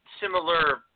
similar